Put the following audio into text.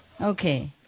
Okay